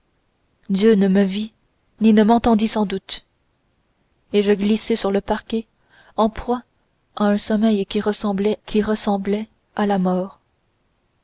dieu ne me vit ni ne m'entendit sans doute et je glissai sur le parquet en proie à un sommeil qui ressemblait à la mort